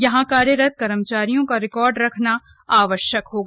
यहां कार्यरत कर्मचारियों का रिकॉर्ड रखना आवश्यक होगा